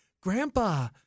grandpa